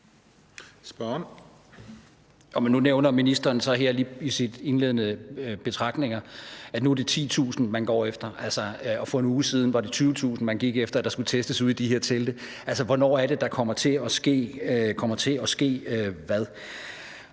nu nævner ministeren i sine indledende betragtninger, at nu er det 10.000, man går efter, og for en uge siden var det 20.000, man gik efter skulle testes ude i de her telte. Altså, hvornår er det, der kommer til at ske hvad?